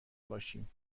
باشیم